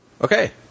Okay